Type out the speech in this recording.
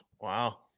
Wow